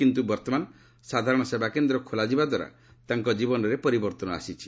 କିନ୍ତୁ ବର୍ତ୍ତମାନ ସାଧାରଣ ସେବାକେନ୍ଦ୍ର ଖୋଲିଯିବା ଦ୍ୱାରା ତାଙ୍କ ଜୀବନରେ ପରିବର୍ଭନ ଆସିଛି